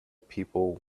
people